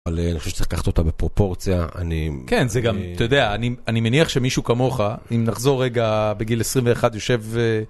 אבל אני חושב שצריך לקחת אותה בפרופורציה, אני... כן, זה גם, אתה יודע, אני מניח שמישהו כמוך, אם נחזור רגע בגיל 21 יושב אהה...